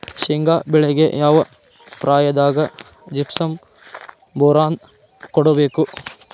ಶೇಂಗಾ ಬೆಳೆಗೆ ಯಾವ ಪ್ರಾಯದಾಗ ಜಿಪ್ಸಂ ಬೋರಾನ್ ಕೊಡಬೇಕು?